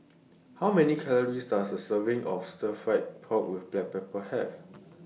How Many Calories Does A Serving of Stir Fried Pork with Black Pepper Have